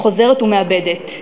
וחוזרת ומאבדת.